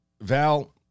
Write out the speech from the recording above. Val